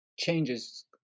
Changes